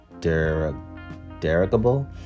derogable